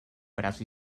brazo